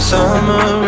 Summer